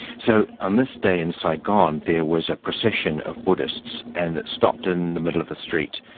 so on this day in saigon there was a procession of buddhists, and it stopped in the middle of the street.